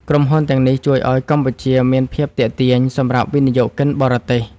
ក្រុមហ៊ុនទាំងនេះជួយឱ្យកម្ពុជាមានភាពទាក់ទាញ សម្រាប់វិនិយោគិនបរទេស។